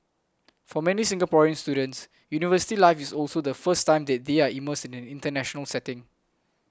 for many Singaporean students university life is also the first time that they are immersed in an international setting